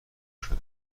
شدن